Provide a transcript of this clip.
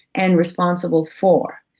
and responsible for.